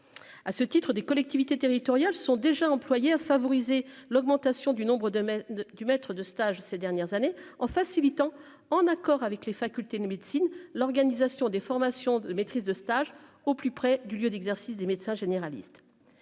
à ce titre des collectivités territoriales sont déjà employé à favoriser l'augmentation du nombre de mettre du maître de stage, ces dernières années en facilitant en accord avec les facultés de médecine, l'organisation des formations de maîtrise de stage au plus près du lieu d'exercice des médecins généralistes,